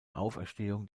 auferstehung